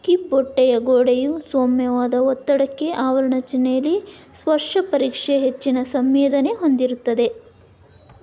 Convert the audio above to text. ಕಿಬ್ಬೊಟ್ಟೆಯ ಗೋಡೆಯು ಸೌಮ್ಯವಾದ ಒತ್ತಡಕ್ಕೆ ಆರೋಹಣ ಚಿಹ್ನೆಲಿ ಸ್ಪರ್ಶ ಪರೀಕ್ಷೆ ಹೆಚ್ಚಿನ ಸಂವೇದನೆ ಹೊಂದಿರುತ್ತದೆ